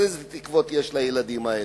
אז איזה תקוות יש לילדים האלה?